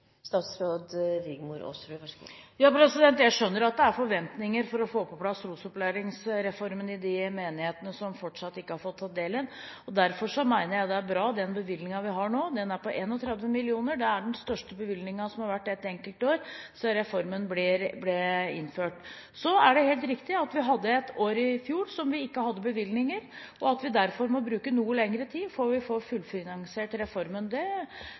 Jeg skjønner at det er forventninger til å få på plass trosopplæringsreformen i de menighetene som fortsatt ikke har fått ta del i den. Derfor mener jeg den bevilgningen vi har nå, er bra. Den er på 31 mill. kr, og er den største bevilgningen som har vært i ett enkelt år siden reformen ble innført. Det er helt riktig at vi hadde et år – i fjor – da vi ikke hadde bevilgninger, og at vi derfor må bruke noe lengre tid før vi får fullfinansiert reformen. Vi står fast ved at vi skal fullfinansiere reformen og sørge for at alle får ta del i det